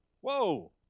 Whoa